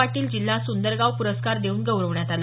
पाटील जिल्हा सुंदर गाव पुरस्कार देऊन गौरवण्यात आलं